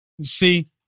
See